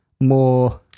more